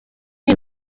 iyi